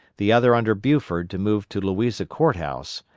the other under buford to move to louisa court house,